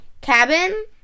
cabin